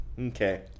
Okay